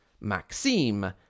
Maxime